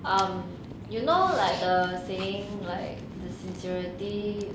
um you know like the saying like the sincerity